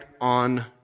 on